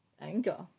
anger